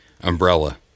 umbrella